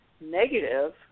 negative